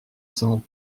cents